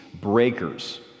breakers